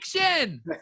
action